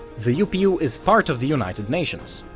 the upu is part of the united nations,